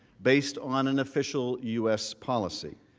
based on an official u s. policy.